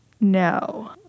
No